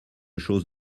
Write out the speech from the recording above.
chose